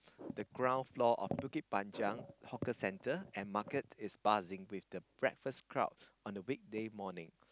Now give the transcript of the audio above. the ground floor of Bukit-Panjang hawker center and market is buzzing with the breakfast crowd on a weekday morning